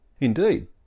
Indeed